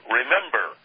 remember